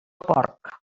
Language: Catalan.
porc